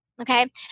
okay